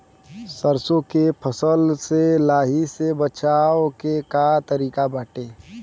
सरसो के फसल से लाही से बचाव के का तरीका बाटे?